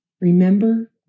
Remember